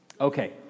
Okay